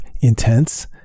intense